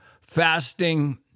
fasting